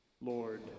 Lord